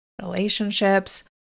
relationships